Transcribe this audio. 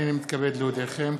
הנני מתכבד להודיעכם,